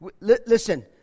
Listen